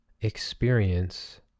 experience